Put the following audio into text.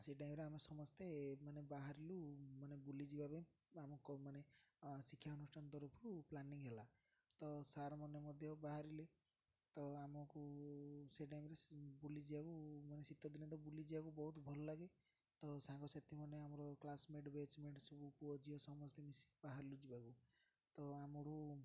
ସେଇ ଟାଇମ୍ରେ ଆମେ ସମସ୍ତେ ମାନେ ବାହାରିଲୁ ମାନେ ବୁଲିଯିବା ପାଇଁ ଆମକୁ ମାନେ ଶିକ୍ଷାନୁଷ୍ଠାନ ତରଫରୁ ପ୍ଲାନିଂ ହେଲା ତ ସାର୍ ମାନେ ମଧ୍ୟ ବାହାରିଲେ ତ ଆମକୁ ସେ ଟାଇମ୍ରେ ବୁଲିଯିବାକୁ ମାନେ ଶୀତ ଦିନେ ତ ବୁଲିଯିବାକୁ ବହୁତ ଭଲ ଲାଗେ ତ ସାଙ୍ଗ ସେଥିମାନେ ଆମର କ୍ଲାସ୍ ମେଟ୍ ବ୍ୟାଚ୍ ମେଟ୍ ସବୁ ପୁଅ ଝିଅ ସମସ୍ତେ ମିଶି ବାହାରିଲୁ ଯିବାକୁ ତ ଆମକୁ